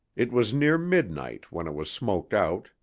it was near midnight when it was smoked out,